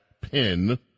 pin